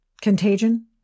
contagion